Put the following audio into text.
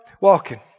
walking